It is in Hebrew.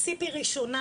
ציפי ראשונה,